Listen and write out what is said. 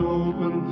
open